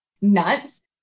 nuts